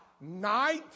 night